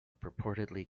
purportedly